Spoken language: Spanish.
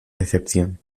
decepción